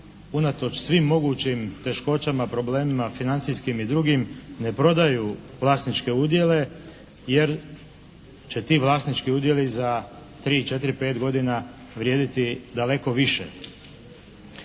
unatoč svim mogućim teškoćama, problemima financijskim i drugim ne prodaju vlasničke udjele, jer će ti vlasnički udjeli za tri, četiri, pet godina vrijediti daleko više.